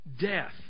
Death